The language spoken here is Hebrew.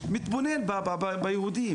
שאמרת כבוד היו"ר,